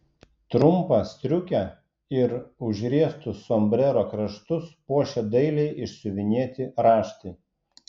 trumpą striukę ir užriestus sombrero kraštus puošė dailiai išsiuvinėti raštai